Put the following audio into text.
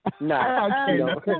No